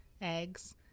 eggs